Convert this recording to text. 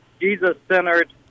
Jesus-centered